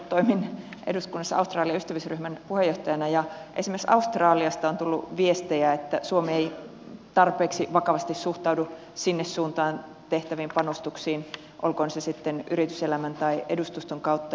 toimin eduskunnassa australia ystävyysryhmän puheenjohtajana ja esimerkiksi australiasta on tullut viestejä että suomi ei tarpeeksi vakavasti suhtaudu sinne suuntaan tehtäviin panostuksiin olkoon se sitten yrityselämän tai edustuston kautta